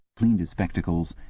cleaned his spectacles,